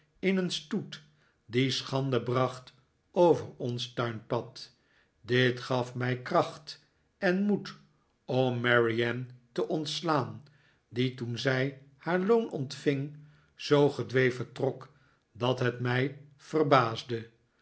in een stoet die schande bracht over ons tuinpad dit gaf mij kracht en moed om mary anne te ontslaan die toen zij haar loon ontving zoo gedwee vertrok dat net mij verbaasde